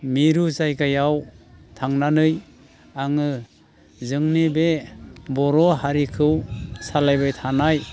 मिरु जायगायाव थांनानै आङो जोंनि बे बर' हारिखौ सालायबाय थानाय